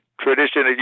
tradition